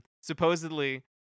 Supposedly